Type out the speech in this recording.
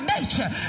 nature